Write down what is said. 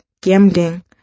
gambling